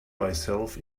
myself